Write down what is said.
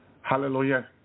Hallelujah